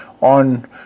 on